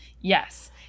Yes